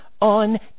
on